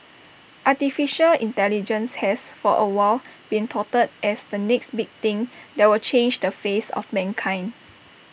Artificial Intelligence has for A while been touted as the next big thing that will change the face of mankind